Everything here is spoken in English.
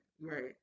Right